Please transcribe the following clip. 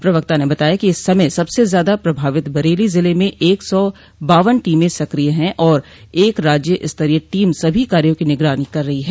प्रवक्ता ने बताया कि इस समय सबसे ज्यादा प्रभावित बरेली जिले में एक सौ बावन टीमें सक्रिय है और एक राज्य स्तरीय टीम सभी कार्यो की निगरानी कर रही है